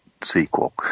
sequel